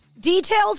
Details